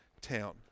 town